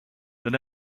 than